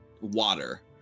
water